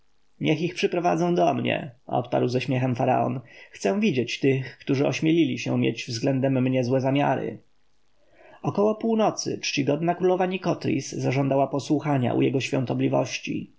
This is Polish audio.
przyprowadzą do mnie odparł ze śmiechem faraon chcę widzieć tych którzy ośmielili się mieć względem mnie złe zamiary około północy czcigodna królowa nikotris zażądała posłuchania u jego świątobliwości